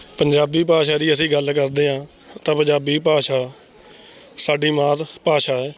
ਪੰਜਾਬੀ ਭਾਸ਼ਾ ਦੀ ਅਸੀਂ ਗੱਲ ਕਰਦੇ ਹਾਂ ਤਾਂ ਪੰਜਾਬੀ ਭਾਸ਼ਾ ਸਾਡੀ ਮਾਤ ਭਾਸ਼ਾ ਏ